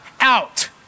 out